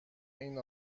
این